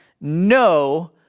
No